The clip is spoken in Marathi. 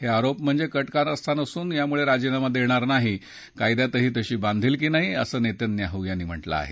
हे आरोप म्हणजे कटकारस्थान असून यामुळे राजीनामा देणार नाही कायद्यातही तशी बांधलिकी नाही असं नेतन्याहू यांनी म्हटलं आहे